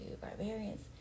barbarians